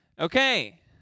Okay